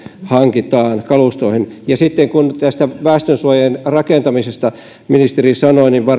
hankitaan kalustoa kun sitten ministeri sanoi tästä väestönsuojien rakentamisesta niin